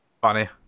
Funny